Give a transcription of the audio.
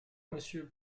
monsieur